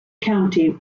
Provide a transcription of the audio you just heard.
county